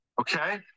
Okay